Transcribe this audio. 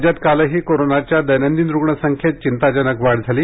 राज्यात कालही कोरोनाच्या दैनंदिन रुग्णसंख्येत चिंताजनक वाढ झाली